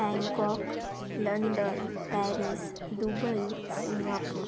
Bangkok London Paris Dubai Singapore